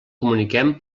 comuniquem